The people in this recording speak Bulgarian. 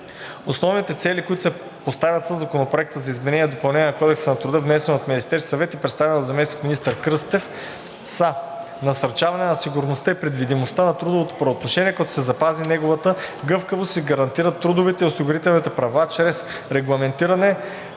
Основните цели, които се поставят със Законопроекта за изменение и допълнение на Кодекса на труда, внесен от Министерския съвет и представен от заместник-министър Кръстев, са: - насърчаване на сигурността и предвидимостта на трудовото правоотношение, като се запази неговата гъвкавост и се гарантират трудовите и осигурителните права чрез: регламентиранe